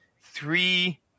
three